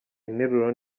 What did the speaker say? interuro